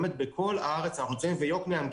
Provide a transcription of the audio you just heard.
וביוקנעם,